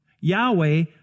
Yahweh